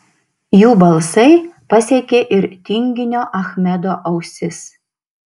jų balsai pasiekė ir tinginio achmedo ausis